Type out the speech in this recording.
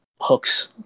hooks